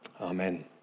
Amen